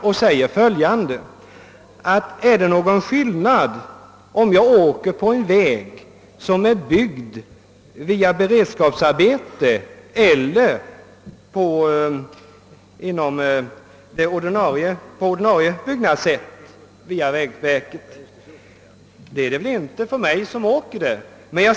Han undrar om det är någon skillnad att färdas på en väg som är byggd via beredskapsarbete eller via det ordinarie byggnadssättet genom vägverket. Det är det inte för den som färdas på vägen.